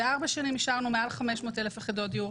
בארבע שנים אישרנו מעל 500,000 יחידות דיור,